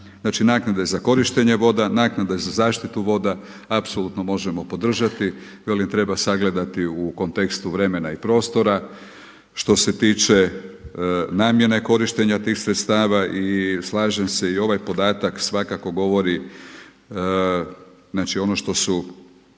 naknade za korištenje voda, naknade za zaštitu voda apsolutno možemo podržati. Velim treba sagledati u kontekstu vremena i prostora što se tiče namjene korištenja tih sredstava i slažem se i ovaj podatak svakako govori ono što su